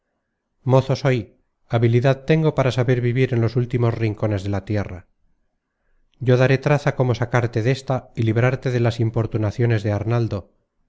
habilidad tengo para saber vivir en los últimos rincones de la tierra yo daré traza como sacarte desta y librarte de las impor tunaciones de arnaldo y